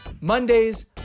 Mondays